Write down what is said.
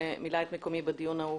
שמילא את מקומי בדיון הקודם,